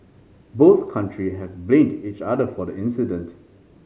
both country have blamed each other for the incident